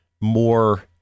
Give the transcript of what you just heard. more